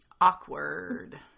Awkward